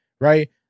right